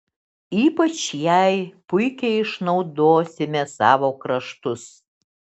ypač jai puikiai išnaudosime savo kraštus